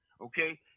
okay